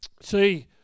See